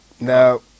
no